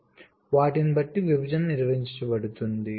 కాబట్టి వాటిని బట్టి విభజన నిర్వచించబడుతుంది